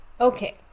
okay